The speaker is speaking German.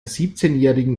siebzehnjährigen